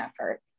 effort